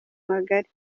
magari